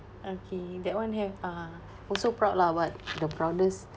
okay that one have uh also proud lah but the proudest